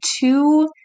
two